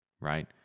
right